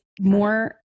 more